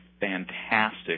fantastic